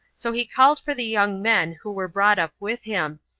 so he called for the young men who were brought up with him,